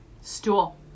Stool